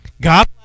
God